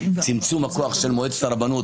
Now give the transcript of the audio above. צמצום הכוח של מועצת הרבנות,